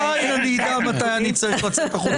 לממשלה הם אפילו לא צריכים לעשות גילוי נאות,